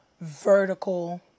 vertical